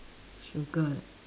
sugar